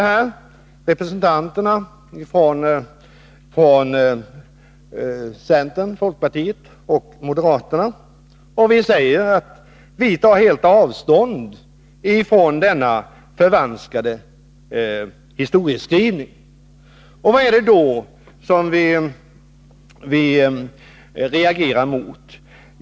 Vi representanter från centern, folkpartiet och moderaterna har ett särskilt yttrande. Vi säger att vi helt tar avstånd från denna förvanskade historieskrivning. Vad är det då som vi reagerar mot?